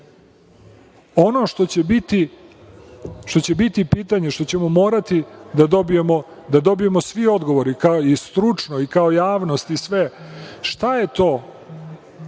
Ono što će biti pitanje, što ćemo morati da dobijemo svi odgovore, kao i stručno i kao javnost i sve, šta je to